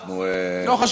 בסדר, סע,